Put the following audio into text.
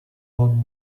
old